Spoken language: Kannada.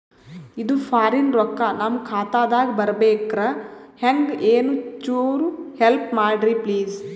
ಇದು ಫಾರಿನ ರೊಕ್ಕ ನಮ್ಮ ಖಾತಾ ದಾಗ ಬರಬೆಕ್ರ, ಹೆಂಗ ಏನು ಚುರು ಹೆಲ್ಪ ಮಾಡ್ರಿ ಪ್ಲಿಸ?